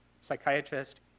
psychiatrist